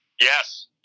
yes